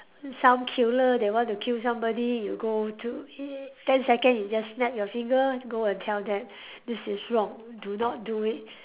some killer they want to kill somebody you go to eh ten second you just snap your finger go and tell them this is wrong do not do it